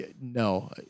No